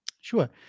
Sure